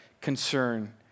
concern